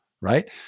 right